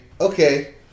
Okay